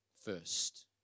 first